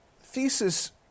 thesis